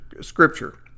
scripture